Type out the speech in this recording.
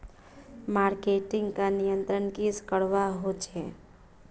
Marketing का नियंत्रण की करवा होचे?